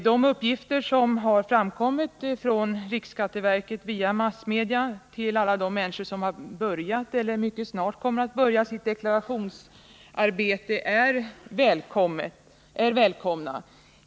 De uppgifter som har framkommit från riksskatteverket via massmedia till alla de människor som har börjat eller mycket snart kommer att börja sitt deklarationsarbete är välkomna.